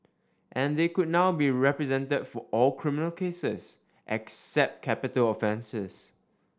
and they could now be represented for all criminal cases except capital offences